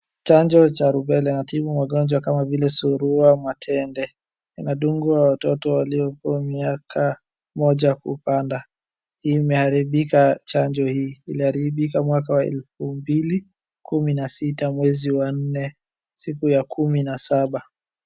chanjo ya rubela hutbu magonjwa kama vile surua , matende inadungwa watoto waliokuwa mwaka moja kupanda , imeharibika chanjo hii , iliharibika mwaka wa elfu mbili kumi na sita mwezi wa nne siku ya kumi na saba